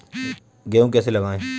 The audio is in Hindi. गेहूँ कैसे लगाएँ?